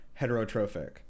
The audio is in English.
heterotrophic